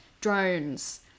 drones